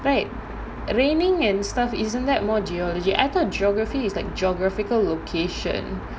right raining and stuff isn't that more geology I thought geography is like geographical location